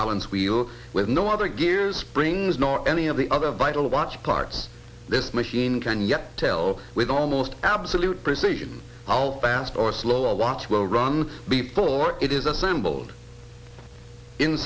balance wheel with no other gears springs nor any of the other vital watched parts this machine can yet tell with almost absolute precision how fast or slow a watch will run before it is assembled in